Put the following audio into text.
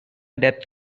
depth